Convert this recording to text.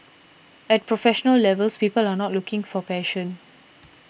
at professional levels people are not looking for passion